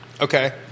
Okay